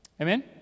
Amen